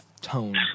tone